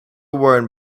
worn